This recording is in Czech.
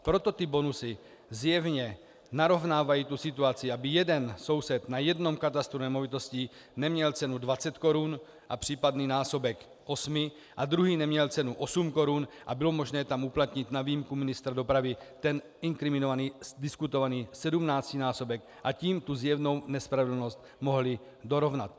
Proto ty bonusy zjevně narovnávají tu situaci, aby jeden soused na jednom katastru nemovitostí neměl cenu dvacet korun a případný násobek osmi a druhý neměl cenu osm korun a bylo možné tam uplatnit na výjimku ministra dopravy ten inkriminovaný diskutovaný sedmnáctinásobek, a tím tu zjevnou nespravedlnost mohli dorovnat.